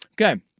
Okay